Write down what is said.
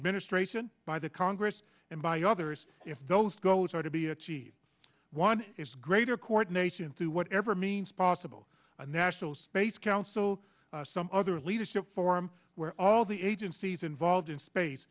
administration by the congress and by others if those goals are to be achieved one is greater coordination through whatever means possible a national space council some other leadership forum where all the agencies involved in space